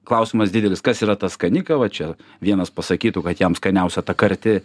klausimas didelis kas yra ta skani kava čia vienas pasakytų kad jam skaniausia ta karti